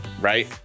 right